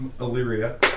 Illyria